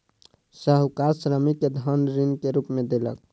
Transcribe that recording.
साहूकार श्रमिक के धन ऋण के रूप में देलक